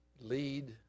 lead